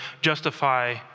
justify